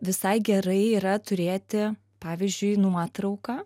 visai gerai yra turėti pavyzdžiui nuotrauką